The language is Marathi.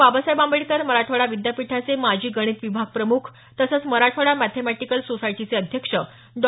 बाबासाहेब आंबेडकर मराठवाडा विद्यापीठाचे माजी गणित विभागप्रमुख तसंच मराठवाडा मॅथर्मॅटिकल सोसायटीचे अध्यक्ष डॉ